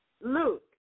Luke